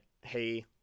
hey